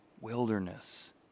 wilderness